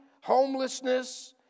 homelessness